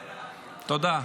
תודה.